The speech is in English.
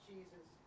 Jesus